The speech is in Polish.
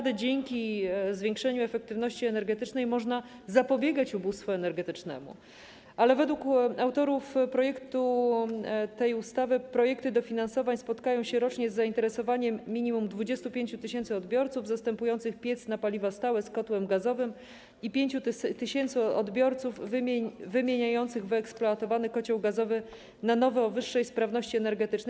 Dzięki zwiększeniu efektywności energetycznej można zapobiegać ubóstwu energetycznemu, ale według autorów projektu tej ustawy projekty dofinansowań spotkają się rocznie z zainteresowaniem minimum 25 tys. odbiorców zastępujących piece na paliwa stałe piecami z kotłami gazowymi i 5 tys. odbiorców wymieniających wyeksploatowane kotły gazowe na nowe, o wyższej sprawności energetycznej.